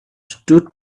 stood